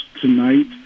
tonight